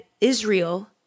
Israel